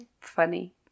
funny